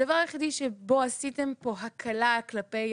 הדבר היחיד שבו עשיתם פה הקלה כלפי